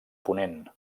ponent